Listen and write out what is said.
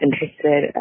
interested